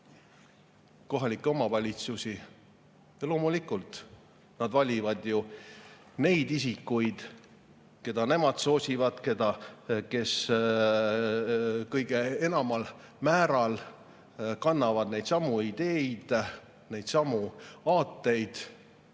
kohalikke omavalitsusi. Ja loomulikult nad valivad ju neid isikuid, keda nemad soosivad, kes kõige enamal määral kannavad neidsamu ideid, neidsamu aateid.